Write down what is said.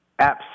apps